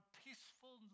peaceful